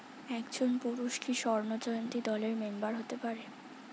একজন পুরুষ কি স্বর্ণ জয়ন্তী দলের মেম্বার হতে পারে?